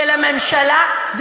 של הממשלה,